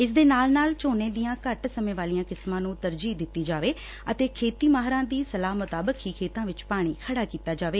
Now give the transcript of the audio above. ਇਸ ਦੇ ਨਾਲ ਨਾਲ ਝੋਨੇ ਦੀਆਂ ਘੱਟ ਸਮੇਂ ਵਾਲੀਆਂ ਕਿਸਮਾਂ ਨੂੰ ਤਰਜੀਹ ਦਿਤੀ ਜਾਵੇ ਅਤੇ ਖੇਤੀ ਮਾਹਿਰਾਂ ਦੀ ਸਲਾਹ ਮੁਤਾਬਕ ਹੀ ਖੇਤਾਂ ਵਿਚ ਪਾਣੀ ਖੜਾ ਕੀਤਾ ਜਾਵੇ